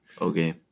okay